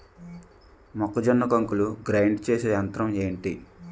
మొక్కజొన్న కంకులు గ్రైండ్ చేసే యంత్రం ఏంటి?